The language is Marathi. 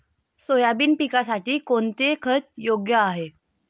सोयाबीन पिकासाठी कोणते खत योग्य आहे?